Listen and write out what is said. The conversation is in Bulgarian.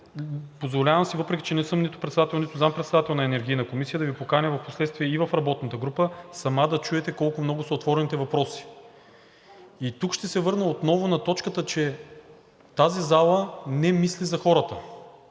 Позволявам си, въпреки, че не съм нито председател, нито заместник-председател на Енергийната комисия, да Ви поканя в последствие и в работната група сама да чуете колко много са отворените въпроси. Тук ще се върна отново на точката, че тази зала не мисли за хората.